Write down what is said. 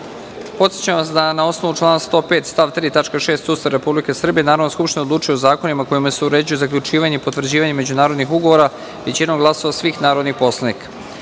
ugovora. Podsećam vas da, na osnovu člana 105. stav 3. tačka 6. Ustava Republike Srbije, Narodna skupština odlučuje o zakonima kojima se uređuje zaključivanje i potvrđivanje međunarodnih ugovora većinom glasova svih narodnih poslanika.S